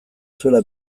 zuela